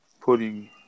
putting